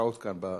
התשע"ב 2012,